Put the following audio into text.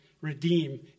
redeem